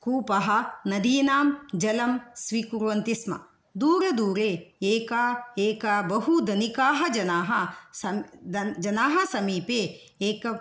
कूपः नदीनां जलं स्वीकुर्वन्ति स्म दूरे दूरे एका एक बहु धनिकाः जनाः सं जनाः समीपे एक